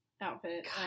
outfit